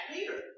Peter